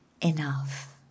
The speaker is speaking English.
enough